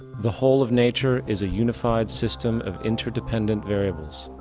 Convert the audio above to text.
the whole of nature is a unified system of interdependent variables,